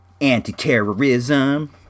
anti-terrorism